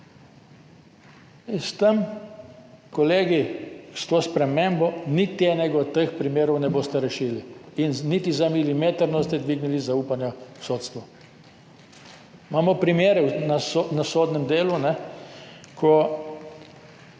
S tem, kolegi, s to spremembo niti enega od teh primerov ne boste rešili in niti za milimeter ne boste dvignili zaupanja v sodstvo. Imamo primere na sodnem delu, ko